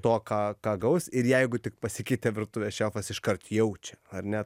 to ką ką gaus ir jeigu tik pasikeitė virtuvės šefas iškart jaučia ar ne